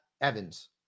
Evans